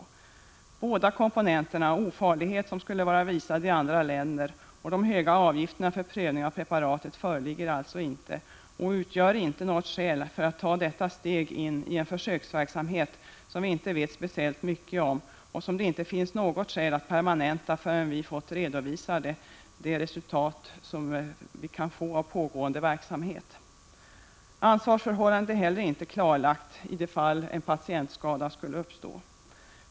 Ingen av komponenterna ofarlighet, som skulle vara visad i andra länder, och höga avgifter för prövning av preparaten föreligger alltså. Dessa komponenter utgör således inte något skäl för att ta detta steg in i en försöksverksamhet som vi inte vet speciellt mycket om. Det finns inte något skäl att permanenta denna verksamhet förrän vi fått resultaten av pågående verksamhet redovisade. Ansvarsförhållandet är heller inte klarlagt i det fall en patientskada skulle uppstå.